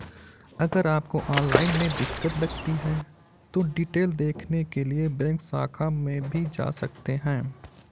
अगर आपको ऑनलाइन में दिक्कत लगती है तो डिटेल देखने के लिए बैंक शाखा में भी जा सकते हैं